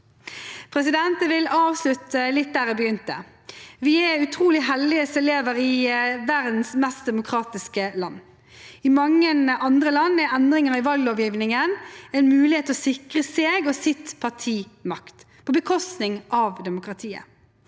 Jeg vil avslutte litt der jeg begynte. Vi er utrolig heldige som lever i verdens mest demokratiske land. I mange andre land er endringer i valglovgivningen en mulighet til å sikre seg og sitt parti makt på bekostning av demokratiet.